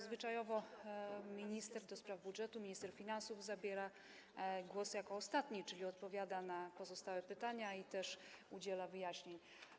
Zwyczajowo minister do spraw budżetu, minister finansów zabiera głos jako ostatni, czyli odpowiada na pozostałe pytania i udziela wyjaśnień.